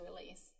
release